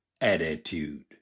attitude